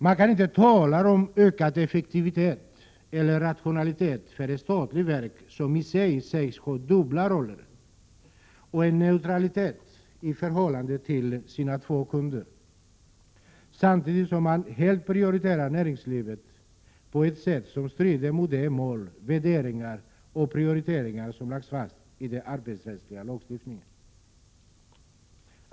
Man kan inte tala om ökad effektivitet eller rationalitet för ett statligt verk som i sig sägs ha dubbla roller. Det förutsätts att man har en neutralitet i förhållande till sina två kunder, samtidigt som man helt prioriterar näringslivet på ett sätt som strider mot de mål, värderingar och prioriteringar som lagts fast i den arbetsrättsliga lagstiftningen.